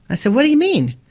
i said, what do you mean?